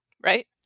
right